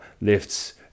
lifts